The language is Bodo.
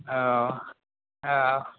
औ अ